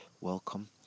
welcome